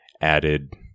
added